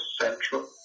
central